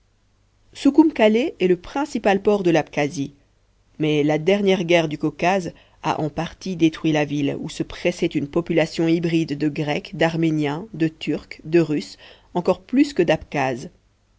soukhoum kalé est le principal port de l'abkasie mais la dernière guerre du caucase a en partie détruit la ville où se pressait une population hybride de grecs d'arméniens de turcs de russes encore plus que